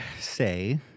say